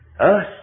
earth